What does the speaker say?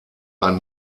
ein